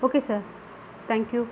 okay sir thank you